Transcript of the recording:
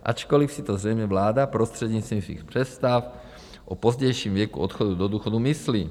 Ačkoliv si to zřejmě vláda prostřednictvím svých představ o pozdějším věku odchodu do důchodu myslí.